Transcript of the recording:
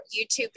YouTube